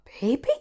baby